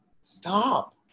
stop